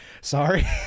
sorry